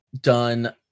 done